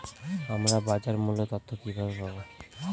আমরা বাজার মূল্য তথ্য কিবাবে পাবো?